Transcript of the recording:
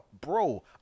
bro